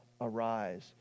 arise